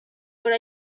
what